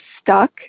stuck